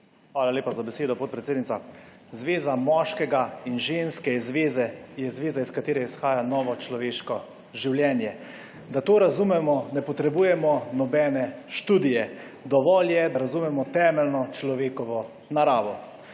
Hvala lepa za besedo, podpredsednica. Zveza moškega in ženske je zveza, iz katere izhaja novo človeško življenje. Da to razumemo, ne potrebujemo nobene študije. Dovolj je, da razumemo temeljno človekovo naravo.